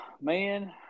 man